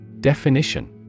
Definition